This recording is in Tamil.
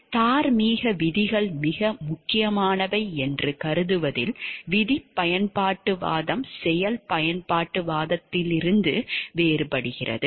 தார்மீக விதிகள் மிக முக்கியமானவை என்று கருதுவதில் விதி பயன்பாட்டுவாதம் செயல் பயன்பாட்டுவாதத்திலிருந்து வேறுபடுகிறது